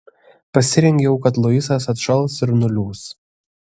pasirengiau kad luisas atšals ir nuliūs